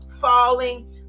falling